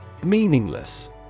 Meaningless